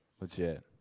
legit